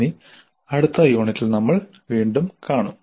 നന്ദി അടുത്ത യൂണിറ്റിൽ നമ്മൾ വീണ്ടും കാണും